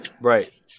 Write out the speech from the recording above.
Right